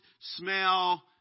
smell